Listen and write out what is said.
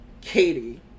Katie